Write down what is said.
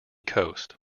coast